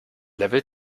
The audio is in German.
level